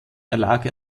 erlag